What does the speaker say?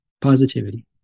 Positivity